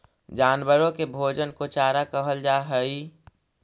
जानवरों के भोजन को चारा कहल जा हई